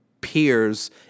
peers